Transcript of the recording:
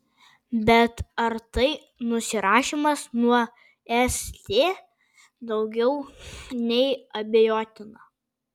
bet ar tai nusirašymas nuo st daugiau nei abejotina